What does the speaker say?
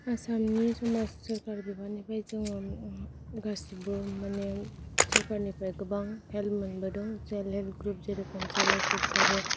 आसामनि समाज सोरकार बिफानिफाय जोङो गासिबो माने सोरकारनिफ्राय गोबां हेल्फ मोनबोदों सेल्प हेल्प ग्रुप जेरेखम सेल्प हेल्प ग्रुप आबो